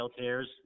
tears